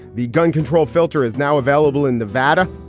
the gun control filter is now available in nevada.